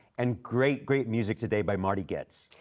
and great, great music today by marty goetz.